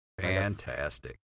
Fantastic